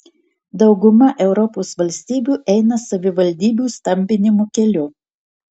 dauguma europos valstybių eina savivaldybių stambinimo keliu